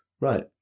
Right